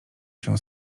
się